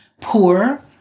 poor